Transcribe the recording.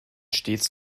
stets